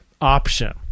option